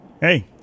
Hey